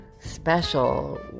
special